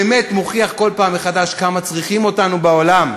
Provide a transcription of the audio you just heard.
באמת מוכיח כל פעם מחדש כמה צריכים אותנו בעולם,